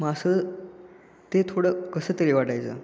मग असं ते थोडं कसं तरी वाटायचं